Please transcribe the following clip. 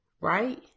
right